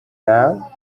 now